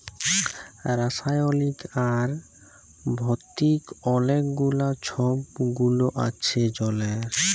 রাসায়লিক আর ভতিক অলেক গুলা ছব গুল আছে জলের